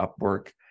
Upwork